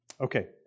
Okay